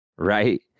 right